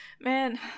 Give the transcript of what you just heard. Man